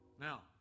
Now